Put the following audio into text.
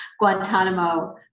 Guantanamo